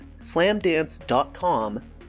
Slamdance.com